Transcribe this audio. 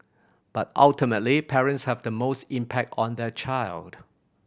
but ultimately parents have the most impact on the child